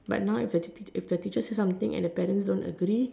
but now is if the teachers say something and if the parents don't agree